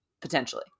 potentially